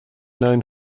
known